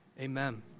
Amen